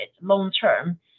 long-term